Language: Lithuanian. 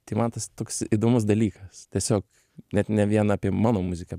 tai man tas toks įdomus dalykas tiesiog net ne vien apie mano muziką